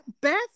Beth